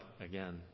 again